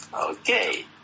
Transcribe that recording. okay